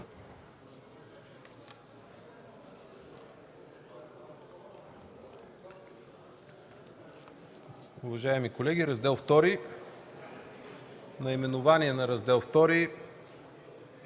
Уважаеми колеги, Раздел ІІ. Наименование на Раздел ІІ